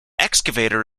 excavator